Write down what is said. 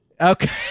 Okay